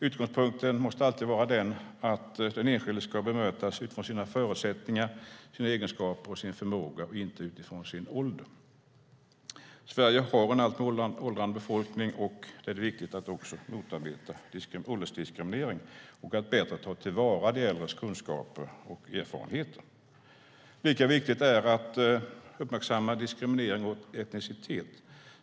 Utgångspunkten måste alltid vara den att den enskilde ska bemötas utifrån sina förutsättningar, sina egenskaper och sin förmåga och inte utifrån sin ålder. Sverige har en alltmer åldrande befolkning, och då är det viktigt att också motarbeta åldersdiskriminering och bättre ta till vara de äldres kunskaper och erfarenheter. Lika viktigt är att uppmärksamma diskriminering och etnicitet.